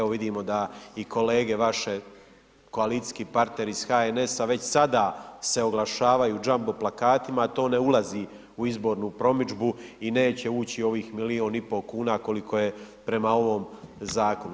Vidimo da i kolege vaše, koalicijski partneri iz HNS-a već sada se oglašavaju jumbo plakatima, to ne ulazi u izbornu promidžbu i neće ući u ovih milijun i pol kuna, koliko je u ovom zakonu.